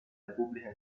repubblica